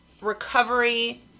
recovery